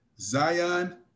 Zion